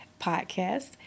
podcast